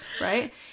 right